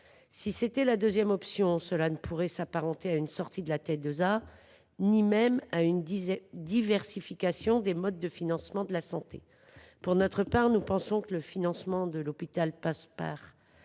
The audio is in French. était retenue, cela ne pourrait s’apparenter à une sortie de la T2A, ni même à une diversification des modes de financement de la santé. Pour notre part, nous pensons que le financement de l’hôpital passe par